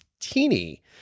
teeny